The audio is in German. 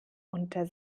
unter